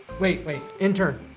wait! wait! intern!